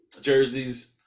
jerseys